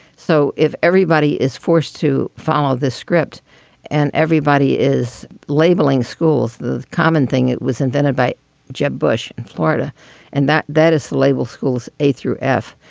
so if everybody is forced to follow this script and everybody is labeling schools, the common thing that was invented by jeb bush in florida and that that is the label schools a through f.